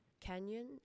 canyon